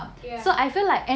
ya